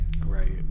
Right